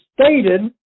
stated